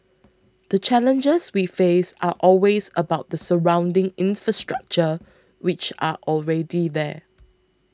the challenges we face are always about the surrounding infrastructure which are already there